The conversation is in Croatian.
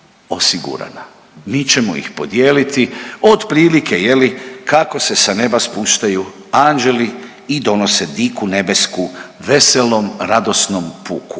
osigurana, mi ćemo ih podijeliti otprilike kako se sa nema spuštaju anđeli i donose diku nebesku veselom, radosnom puku.